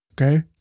Okay